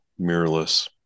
Mirrorless